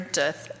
death